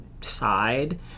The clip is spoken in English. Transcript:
side